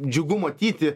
džiugu matyti